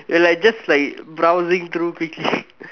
we're like just like browsing through quickly